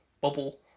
bubble